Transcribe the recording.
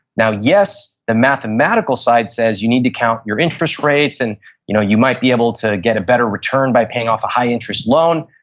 now yes, the mathematical side says you need to count your interest rates and you know you might be able to get a better return by paying off a high interest loan.